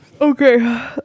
Okay